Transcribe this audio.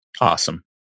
Awesome